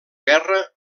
guerra